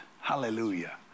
Hallelujah